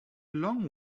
along